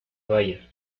vaya